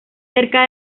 cerca